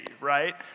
right